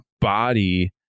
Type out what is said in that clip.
body